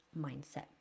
mindset